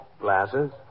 glasses